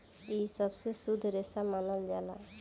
इ सबसे शुद्ध रेसा मानल जाला